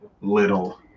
little